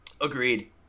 Agreed